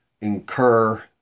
incur